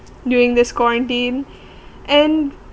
during this quarantine and